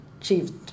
achieved